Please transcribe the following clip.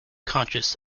conscious